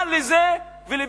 מה לזה ולביטחון?